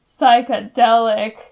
psychedelic